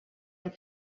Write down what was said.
amb